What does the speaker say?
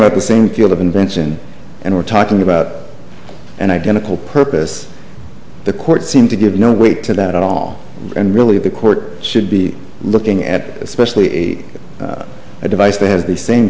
about the same field of invention and we're talking about an identical purpose the court seemed to give no weight to that at all and really the court should be looking at especially a device that has the same